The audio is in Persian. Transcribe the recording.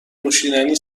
نوشیدنی